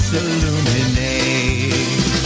illuminate